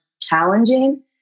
challenging